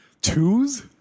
Twos